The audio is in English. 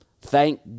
Thank